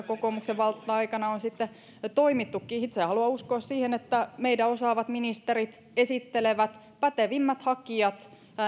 kokoomuksen valta aikana on sitten toimittukin itse haluan uskoa siihen että meidän osaavat ministerit esittelevät pätevimmät hakijat